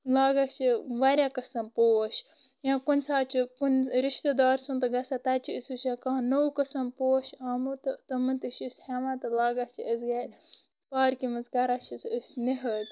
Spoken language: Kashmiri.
لاگان چھِ واریاہ قٕسم پوش یا کُنہِ ساتہٕ چھِ کُنہِ رشتہِ دارٕ سُنٛد تہِ گژھان تتہِ چھِ أسۍ وٕچھان کانٛہہ نوٚو قٕسم پوش آمُت تِمن تہِ چھِ أسۍ ہیٚوان تہٕ لاگان چھِ أسۍ گرِ پارکہِ منٛز کران چھِس أسۍ نِہٲلۍ